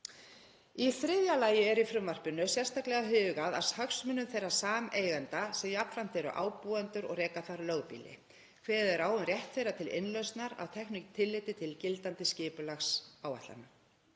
Í þriðja lagi er í frumvarpinu sérstaklega hugað að hagsmunum þeirra sameigenda sem jafnframt eru ábúendur og reka lögbýli. Kveðið er á um rétt þeirra til innlausnar eignarhluta að teknu tilliti til gildandi skipulagsáætlana.